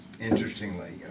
interestingly